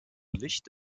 licht